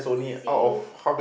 see you